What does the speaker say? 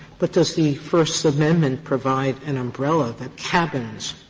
but does the first amendment provide an umbrella that cabins